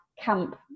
camp